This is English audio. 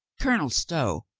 colonel stow,